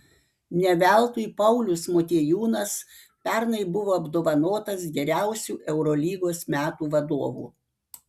ne veltui paulius motiejūnas pernai buvo apdovanotas geriausiu eurolygos metų vadovu